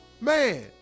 Man